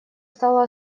стало